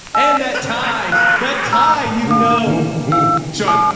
and that tie that tie, you know, ooh, shaun,